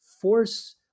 force